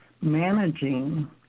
managing